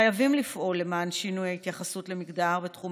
חייבים לפעול למען שינוי ההתייחסות למגדר בתחום